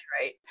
right